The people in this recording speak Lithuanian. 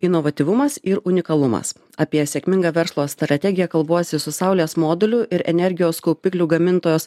inovatyvumas ir unikalumas apie sėkmingą verslo strategiją kalbuosi su saulės modulių ir energijos kaupiklių gamintojos